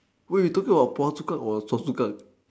wait you talking about Phua-Chu-Kang or Choa-Chu-Kang